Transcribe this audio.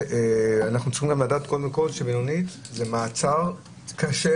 אנחנו צריכים לדעת קודם כל שמלונית זה מעצר קשה,